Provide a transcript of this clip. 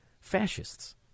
fascists